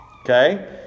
Okay